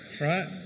right